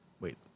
Wait